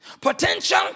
Potential